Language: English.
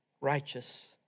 righteous